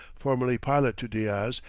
formerly pilot to diaz,